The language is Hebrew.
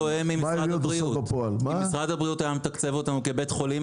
אם משרד הבריאות היה מתקצב אותנו כבית חולים,